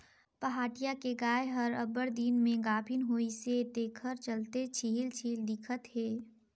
पहाटिया के गाय हर अब्बड़ दिन में गाभिन होइसे तेखर चलते छिहिल छिहिल दिखत हे